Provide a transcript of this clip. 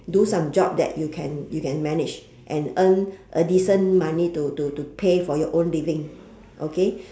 do some job that you can you can manage and earn a decent money to to to pay for your own living okay